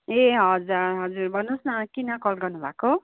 ए हजुर हजुर भन्नुहोस् न किन कल गर्नु भएको